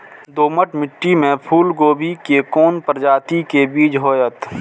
दोमट मिट्टी में फूल गोभी के कोन प्रजाति के बीज होयत?